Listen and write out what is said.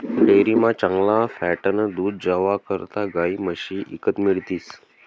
डेअरीमा चांगला फॅटनं दूध जावा करता गायी म्हशी ईकत मिळतीस